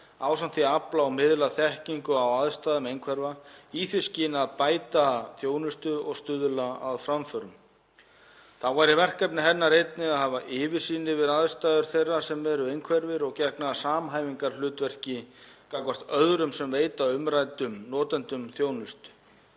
ásamt því að afla og miðla þekkingu á aðstæðum einhverfra í því skyni að bæta þjónustu og stuðla að framförum. Þá væri verkefni hennar einnig að hafa yfirsýn yfir aðstæður þeirra sem eru einhverfir og gegna samhæfingarhlutverki gagnvart öðrum sem veita umræddum notendum þjónustu.